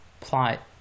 plot